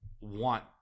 want